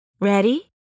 Ready